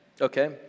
okay